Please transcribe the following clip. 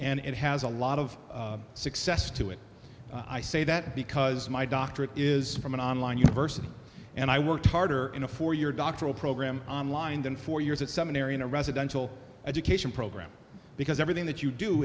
and it has a lot of success to it i say that because my doctorate is from an online university and i work harder in a four year doctoral program online than four years at seminary in a residential education program because everything that you do